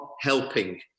helping